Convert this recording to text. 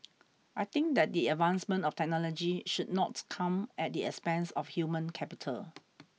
I think that the advancement of technology should not come at the expense of human capital